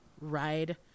ride